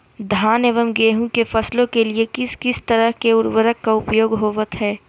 धान एवं गेहूं के फसलों के लिए किस किस तरह के उर्वरक का उपयोग होवत है?